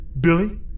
Billy